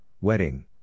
Wedding